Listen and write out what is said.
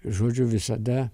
žodžiu visada